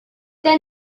der